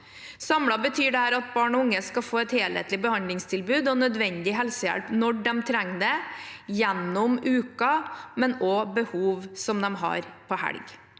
Samlet betyr dette at barn og unge skal få et helhetlig behandlingstilbud og nødvendig helsehjelp når de trenger det, gjennom uken og ved behov også i helgene.